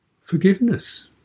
Forgiveness